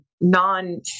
non